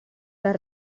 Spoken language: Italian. dal